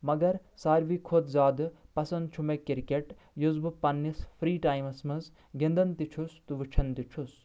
مگر سارِوے کھوتہٕ زیادٕ پسند چھُ مےٚ کرکٹ یُس بہٕ پننِس فری ٹایمس منٛز گٔندان تہِ چھُس تہٕ وٕچھان تہِ چھُس